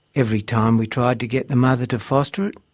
every time we tried to get the mother to foster it,